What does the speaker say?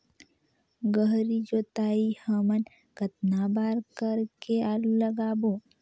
गहरी जोताई हमन कतना बार कर के आलू लगाबो?